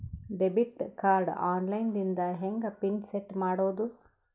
Debit card online ದಿಂದ ಹೆಂಗ್ pin set ಮಾಡೋದು?